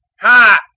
Ha